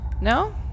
No